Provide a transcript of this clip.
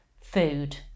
food